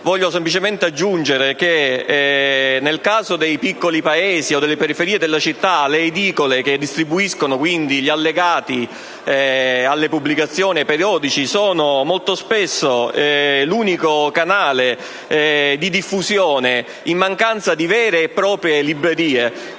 Voglio soltanto far notare che nel caso dei piccoli paesi o delle periferie delle citta` le edicole che distribuiscono gli allegati alle pubblicazioni e ai periodici rappresentano molto spesso l’unico canale di diffusione, in mancanza di vere e proprie librerie.